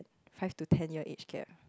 five to ten year age gap